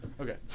Okay